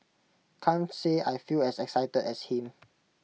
can't say I feel as excited as him